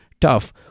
tough